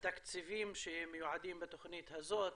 התקציבים שמיועדים בתוכנית הזאת.